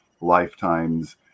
lifetimes